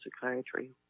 psychiatry